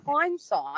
hindsight